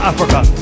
Africa